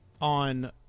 on